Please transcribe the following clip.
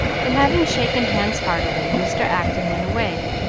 then, having shaken hands heartily, mr. acton went away,